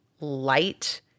light